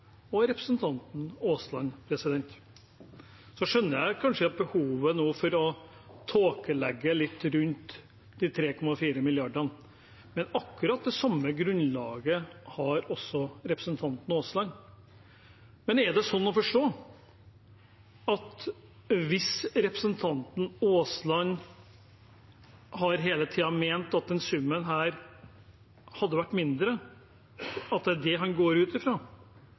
representanten Aasland og jeg. Jeg skjønner kanskje behovet for nå å tåkelegge litt rundt de 3,4 mrd. kr, men akkurat det samme grunnlaget har også representanten Aasland. Er det sånn å forstå at representanten Aasland hele tiden har ment at denne summen var mindre, at det er det han går ut